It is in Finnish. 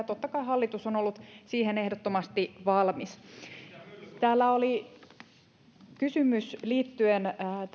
totta kai hallitus on ollut siihen ehdottomasti valmis täällä oli kysymys liittyen